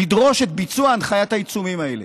לדרוש את ביצוע הנחיית העיצומים הזאת.